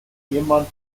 jemand